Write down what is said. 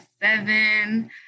seven